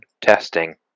testing